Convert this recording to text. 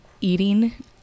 eating